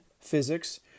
physics